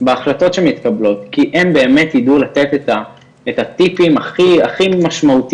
בהחלטת שמתקבלות כי הם באמת יידעו לתת את הטיפין הכי משמעותיים,